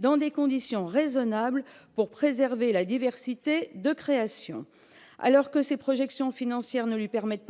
dans des conditions raisonnables pour préserver la diversité de création. Alors que ses projections financières ne lui permettent